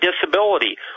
disability